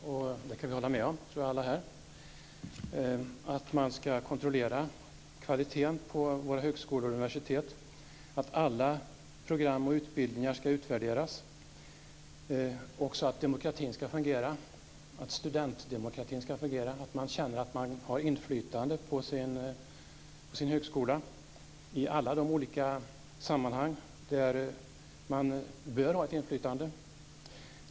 Jag tror att alla här kan hålla med om att man ska kontrollera kvaliteten på våra högskolor och universitet, att alla program och utbildningar ska utvärderas, att studentdemokratin ska fungera så att man känner att man har inflytande i högskolan i alla de sammanhang där man bör ha inflytande.